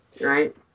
right